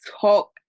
talk